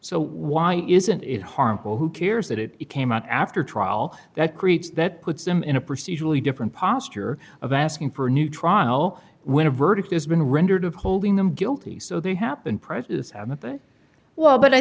so why isn't it harmful who cares that it came out after trial that creates that puts them in a procedurally different posture of asking for a new trial when a verdict is been rendered holding them guilty so they happen prices haven't been well but i